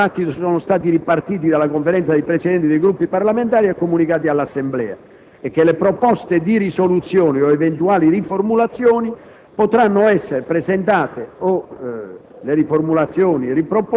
Ricordo che i tempi del dibattito sono stati ripartiti dalla Conferenza dei Presidenti dei Gruppi parlamentari e comunicati all'Assemblea, e che le proposte di risoluzione o eventuali riformulazioni potranno essere presentate entro